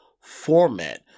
format